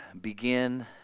begin